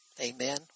Amen